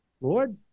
Lord